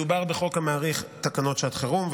מדובר בחוק המאריך את תקנות שעת חירום,